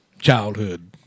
childhood